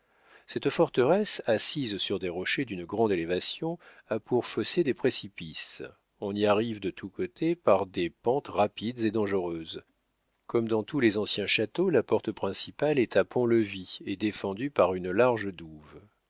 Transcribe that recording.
cette forteresse assise sur des rochers d'une grande élévation a pour fossés des précipices on y arrive de tous côtés par des pentes rapides et dangereuses comme dans tous les anciens châteaux la porte principale est à pont-levis et défendue par une large douve